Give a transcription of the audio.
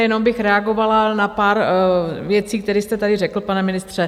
Jenom bych reagovala na pár věcí, které jste tady řekl, pane ministře.